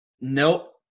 nope